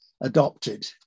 adopted